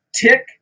Tick